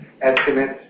estimates